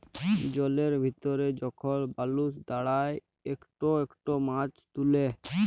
জলের ভিতরে যখল মালুস দাঁড়ায় ইকট ইকট মাছ তুলে